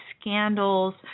scandals